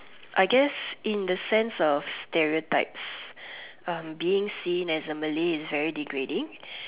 I guess in the sense of stereotypes um being seen as a Malay is very degrading